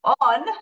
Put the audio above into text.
on